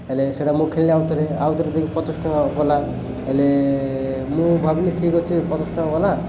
ହେଲେ ସେଇଟା ମୁଁ ଖେଳିଲି ଆଉ ଥରେ ଆଉ ଥରେ ଦେଇକି ପଚାଶ୍ ଟଙ୍କା ଗଲା ହେଲେ ମୁଁ ଭାବିଲି ଠିକ୍ ଅଛି ପଚାଶ୍ ଟଙ୍କା ଗଲା